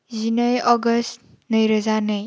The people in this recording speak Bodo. जिनै आगष्ट नैरोजा नै